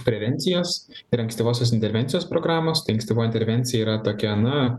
prevencijos ir ankstyvosios intervencijos programos tai ankstyvoji intervencija yra tokia na